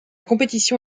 compétition